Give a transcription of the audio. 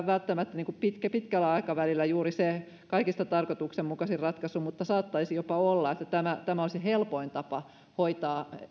välttämättä pitkällä aikavälillä juuri se kaikista tarkoituksenmukaisin ratkaisu mutta saattaisi jopa olla että tämä on se helpoin tapa hoitaa